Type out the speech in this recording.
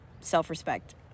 self-respect